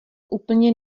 úplně